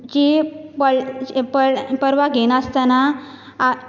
की पळ्ल पळ्ल पर्वा घेय नासताना आ